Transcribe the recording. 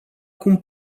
cum